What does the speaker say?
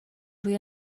روی